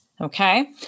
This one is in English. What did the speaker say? okay